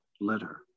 litter